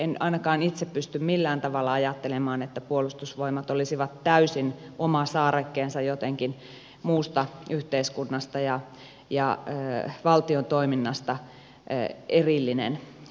en ainakaan itse pysty millään tavalla ajattelemaan että puolustusvoimat olisi täysin oma saarekkeensa jotenkin muusta yhteiskunnasta ja valtion toiminnasta erillinen kohde